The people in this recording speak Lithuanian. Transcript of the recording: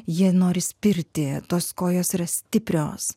jie nori spirti tos kojos yra stiprios